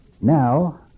now